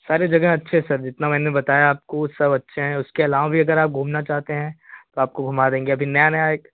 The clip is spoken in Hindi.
सारी जगह अच्छ सर जितना मैंने बताया आपको सब अच्छे हैं उसके अलवा भी अगर आप घूमना चाहते हैं तो आपको घुमा देंगे अभी नया नया एक